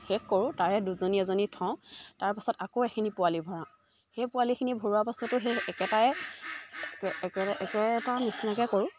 শেষ কৰোঁ তাৰে দুজনী এজনী থওঁ তাৰপাছত আকৌ এখিনি পোৱালি ভৰাওঁ সেই পোৱালিখিনি ভৰোৱা পাছতো সেই একেটাই একে এটা নিচিনাকৈ কৰোঁ